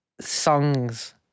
songs